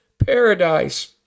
Paradise